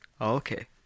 okay